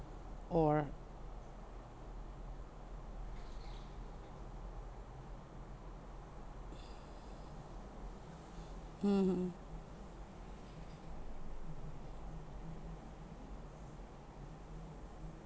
or mmhmm